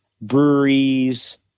breweries